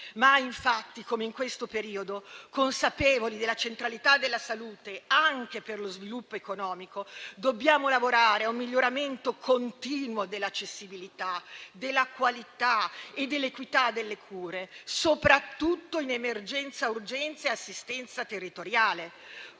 Mai infatti come in questo periodo, consapevoli della centralità della salute anche per lo sviluppo economico, dobbiamo lavorare a un miglioramento continuo dell'accessibilità, della qualità e dell'equità delle cure, soprattutto in emergenza-urgenza e assistenza territoriale,